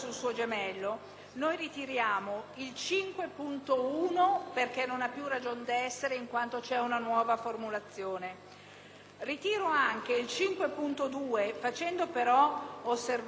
l'emendamento 5.2, facendo però osservare al presidente D'Alì che la vacanza si verifica solo fino al 31 giugno 2009,